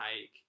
take